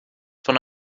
von